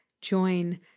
join